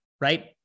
right